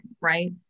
right